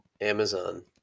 Amazon